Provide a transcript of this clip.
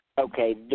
okay